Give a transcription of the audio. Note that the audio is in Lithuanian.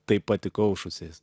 taip pat įkaušusiais